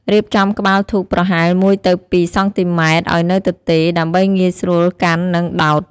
រៀបចំក្បាលធូបប្រហែល ១ ទៅ ២ សង់ទីម៉ែត្រឱ្យនៅទទេ ដើម្បីងាយស្រួលកាន់ និងដោត។